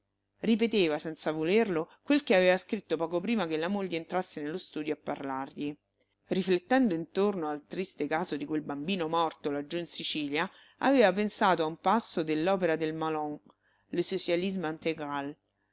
ripeteva senza volerlo quel che aveva scritto poco prima che la moglie entrasse nello studio a parlargli riflettendo intorno al triste caso di quel bambino morto laggiù in sicilia aveva pensato a un passo dell'opera del malon le socialisme intégral e